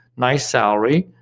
nice salary,